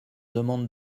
demandes